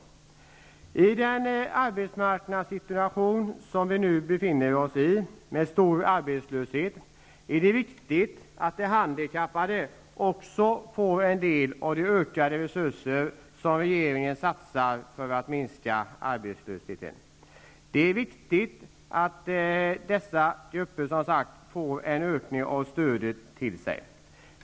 I den arbetsmarknadssituation som vi nu befinner oss i, med stor arbetslöshet, är det viktigt att de handikappade också får del av de ökade resurser som regeringen satsar för att minska arbetslösheten. Det är viktigt att dessa grupper handikappade får en ökning av det stöd som är riktat till dem.